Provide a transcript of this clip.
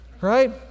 right